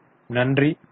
நன்றி வணக்கம்